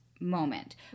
moment